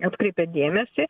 atkreipė dėmesį